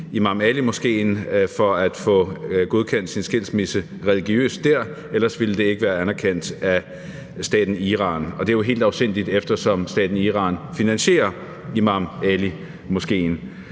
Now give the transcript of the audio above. Imam Ali Moskeen for at få godkendt sin skilsmisse religiøst der, ellers ville det ikke være anerkendt af staten Iran, og det er jo helt afsindigt, eftersom staten Iran finansierer Imam Ali Moskeen.